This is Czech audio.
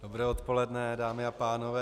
Dobré odpoledne, dámy a pánové.